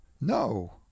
No